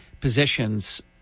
positions